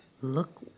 Look